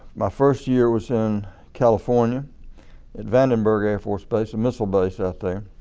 my first year was in california at vandenberg air force base, a missile base out there.